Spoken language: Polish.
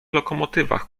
lokomotywach